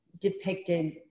depicted